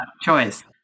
choice